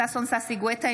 ששון ששי גואטה,